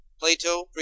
Plato